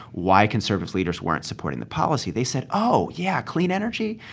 why conservative leaders weren't supporting the policy, they said, oh, yeah, clean energy,